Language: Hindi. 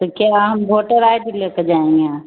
तो क्या हम वोटर आई डी लेकर जाएँगे